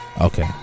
Okay